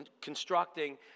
constructing